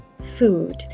food